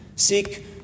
seek